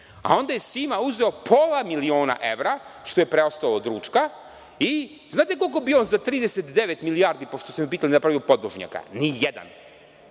Onda je Sima uzeo pola miliona evra, što je preostalo od ručka, i da li znate koliko bi on za 39 milijardi, pošto ste me pitali, napravio podvožnjaka? Nijedan.